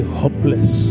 hopeless